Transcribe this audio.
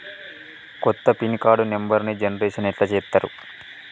కొత్త pin card నెంబర్ని generation ఎట్లా చేత్తరు?